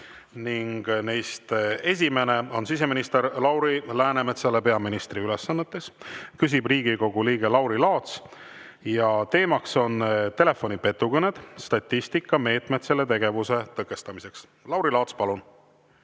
Esimene küsimus on siseminister Lauri Läänemetsale peaministri ülesannetes. Küsib Riigikogu liige Lauri Laats ja teema on telefoni petukõned, statistika, meetmed selle tegevuse tõkestamiseks. Lauri Laats, palun!